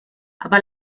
aber